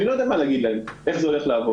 אני לא יודע מה להגיד להם, איך זה הולך לעבוד.